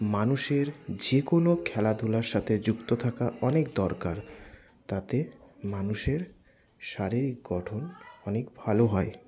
মানুষের যেকোনো খেলাধুলার সাথে যুক্ত থাকা অনেক দরকার তাতে মানুষের শারীরিক গঠন অনেক ভালো হয়